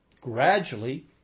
Gradually